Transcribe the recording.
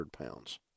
pounds